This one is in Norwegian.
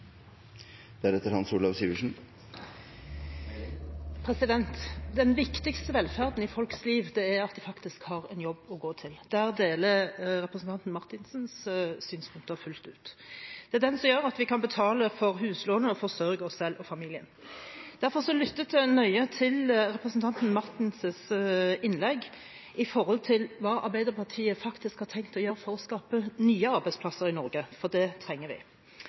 at de har en jobb å gå til. Der deler jeg representanten Marthinsens synspunkter fullt ut. Det er den som gjør at vi kan betale for huslånet og forsørge oss selv og familien. Derfor lyttet jeg nøye til representanten Marthinsens innlegg når det gjelder hva Arbeiderpartiet har tenkt å gjøre for å skape nye arbeidsplasser i Norge, for det trenger vi.